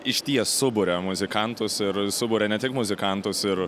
išties suburia muzikantus ir suburia ne tik muzikantus ir